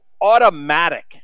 automatic